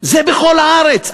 זה בכל הארץ.